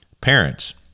Parents